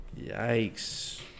Yikes